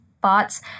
bots